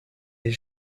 his